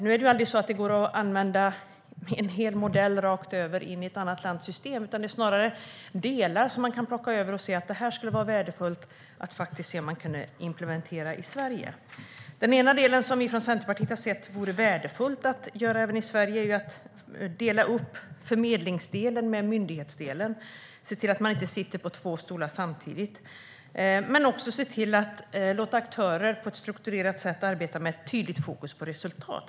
Det går aldrig att använda en hel modell rakt över i ett annat lands system. Man kan snarare plocka över de delar som man tycker skulle vara värdefulla att kanske implementera i Sverige. Det som vi från Centerpartiet har ansett vore värdefullt att göra även i Sverige är att dela upp förmedlingsdelen och myndighetsdelen och se till att man inte sitter på två stolar samtidigt. Men vi anser också att man ska låta aktörer på ett strukturerat sätt arbeta med ett tydligt fokus på resultat.